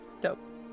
Dope